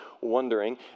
wondering